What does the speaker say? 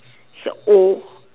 you're old